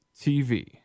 TV